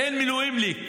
אין מילואימניק